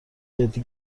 جدی